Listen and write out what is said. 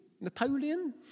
Napoleon